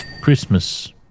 Christmas